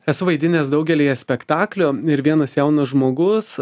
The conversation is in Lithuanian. esu vaidinęs daugelyje spektaklių ir vienas jaunas žmogus